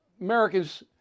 Americans